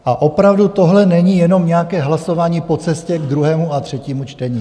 A opravdu, tohle není jenom nějaké hlasování po cestě k druhému a třetímu čtení.